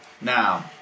Now